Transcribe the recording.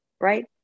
right